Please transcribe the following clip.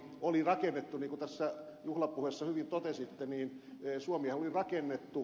niin kuin tässä juhlapuheessa hyvin totesitte niin suomihan oli rakennettu